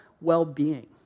well-being